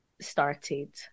started